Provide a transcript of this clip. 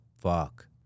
fuck